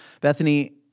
Bethany